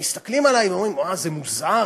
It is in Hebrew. אנשים מסתכלים עלי ואומרים: זה מוזר.